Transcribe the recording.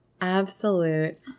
absolute